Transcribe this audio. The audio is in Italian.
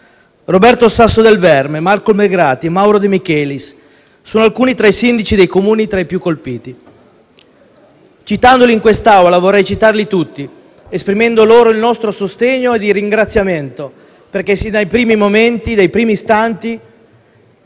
Roberto Sasso Del Verme, Marco Melgrati, Mauro De Michelis sono alcuni tra i sindaci dei Comuni tra i più colpiti. Citandoli in quest'Aula vorrei citarli tutti, esprimendo loro il nostro sostegno e il ringraziamento, perché sin dai primi momenti e dai primi istanti